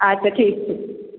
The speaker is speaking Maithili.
अच्छा ठीक छै